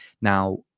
Now